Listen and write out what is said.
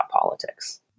politics